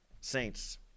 saints